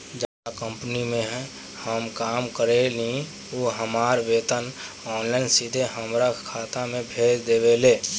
जावना कंपनी में हम काम करेनी उ हमार वेतन ऑनलाइन सीधे हमरा खाता में भेज देवेले